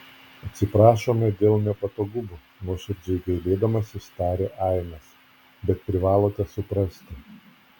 atsiprašome dėl nepatogumų nuoširdžiai gailėdamasis tarė ainas bet privalote suprasti